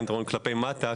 כלפי מטה.